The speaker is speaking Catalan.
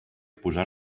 posar